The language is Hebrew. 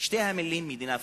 שתי המלים, "מדינה פלסטינית",